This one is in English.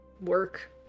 work